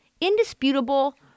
indisputable